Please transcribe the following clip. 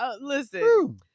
listen